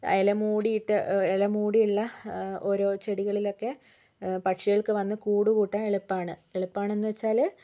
ഇല മൂടിയിട്ട് അ ഇല മൂടിയുള്ള ഓരോ ചെടികളിൽ ഒക്കെ പക്ഷികൾക്ക് വന്ന് കൂട് കൂട്ടാൻ എളുപ്പമാണ് എളുപ്പാണെന്ന് വെച്ചാൽ